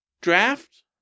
draft